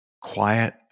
quiet